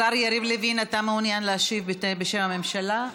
השר יריב לוין, אתה מעוניין להשיב בשם הממשלה?